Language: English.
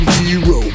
hero